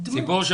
אני